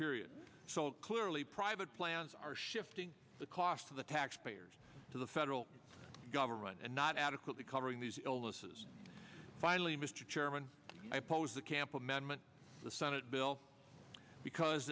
period so clearly private plans are shifting the cost of the tax payers to the federal government and not adequately covering these illnesses finally mr chairman i oppose the camp amendment the senate bill because